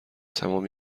تمام